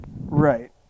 right